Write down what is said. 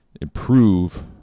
improve